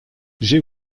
j’ai